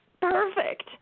perfect